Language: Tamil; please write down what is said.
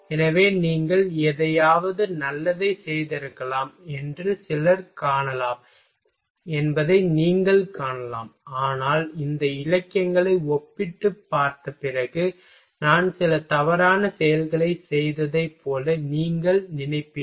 எனவே நீங்கள் ஏதாவது நல்லதைச் செய்திருக்கலாம் என்று சிலர் காணலாம் என்பதை நீங்கள் காணலாம் ஆனால் இந்த இலக்கியங்களை ஒப்பிட்டுப் பார்த்த பிறகு நான் சில தவறான செயல்களைச் செய்ததைப் போல நீங்கள் நினைப்பீர்கள்